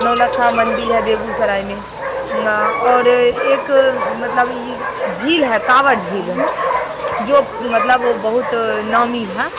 नौलक्खा मंदिर है बेगूसराय में और एक मतलब इ झील है कांवड़ झील है जो मतलब वह बहुत नामी है